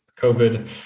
COVID